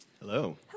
Hello